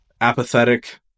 apathetic